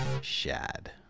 Shad